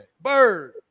bird